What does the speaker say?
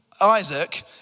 Isaac